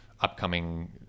upcoming